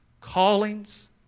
callings